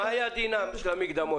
מה היה דינן של המקדמות?